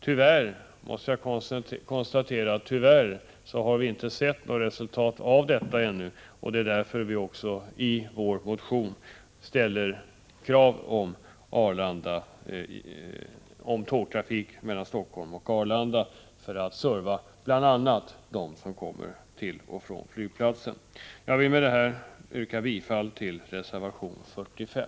Jag måste tyvärr konstateraatt vi ännu inte har sett något resultat, varför vi också i vår motion har krävt tågtrafik mellan Stockholm och Arlanda, bl.a. för att betjäna dem som skall resa till och från flygplatsen. Med det anförda ber jag att få yrka bifall till reservation 45.